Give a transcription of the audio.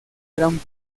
gran